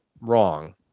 wrong